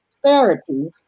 Prosperity